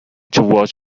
towards